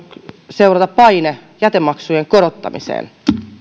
seurata paine jätemaksujen korottamiseen